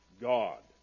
God